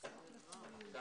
11:53.